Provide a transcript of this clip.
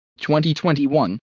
2021